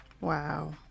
Wow